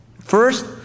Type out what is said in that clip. First